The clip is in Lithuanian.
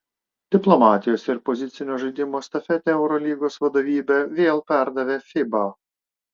diplomatijos ir pozicinio žaidimo estafetę eurolygos vadovybė vėl perdavė fiba